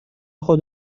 خود